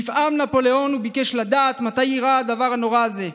נפעם נפוליאון וביקש לדעת מתי אירע הדבר הנורא הזה.